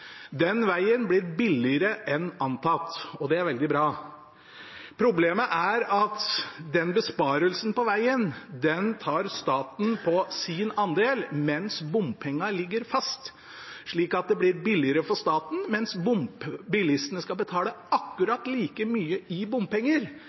Den vegen blir billigere enn antatt, og det er veldig bra. Problemet er at den besparelsen på vegen tar staten på sin andel, mens bompengene ligger fast. Så det blir billigere for staten, mens bilistene skal betale